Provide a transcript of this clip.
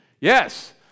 Yes